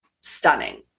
stunning